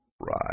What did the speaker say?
Right